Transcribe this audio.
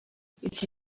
iki